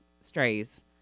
strays